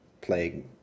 playing